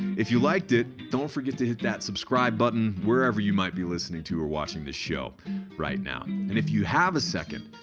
if you liked it don't forget to hit that subscribe button wherever you might be listening to or watching this show right now. and if you have a second,